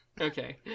Okay